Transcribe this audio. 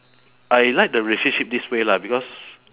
I like the relationship this way lah because